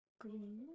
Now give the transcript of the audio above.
Green